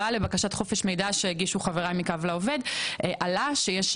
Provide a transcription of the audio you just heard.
עלה שיש 3,000 כאלה שהיו אמורים לקבל